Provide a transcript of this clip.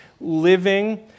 living